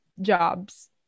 jobs